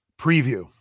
preview